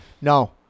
No